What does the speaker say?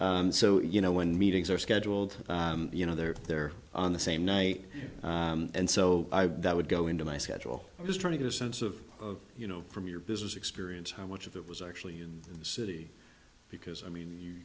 schedule so you know when meetings are scheduled you know they're there on the same night and so that would go into my schedule i'm just trying to get a sense of you know from your business experience how much of it was actually in the city because i mean